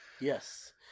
Yes